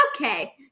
Okay